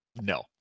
No